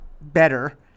better